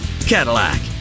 Cadillac